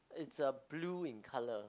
is a blue in color